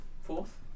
Fourth